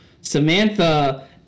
Samantha